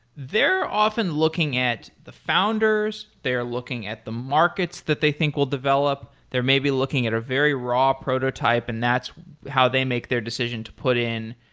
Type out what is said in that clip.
they're often looking at the founders, they're looking at the markets that they think will develop. they're maybe looking at her very raw prototype, and that's how they make their decision to put in.